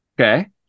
Okay